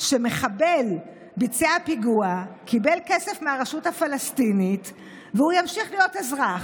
שמחבל ביצע פיגוע קיבל כסף מהרשות הפלסטינית וימשיך להיות אזרח.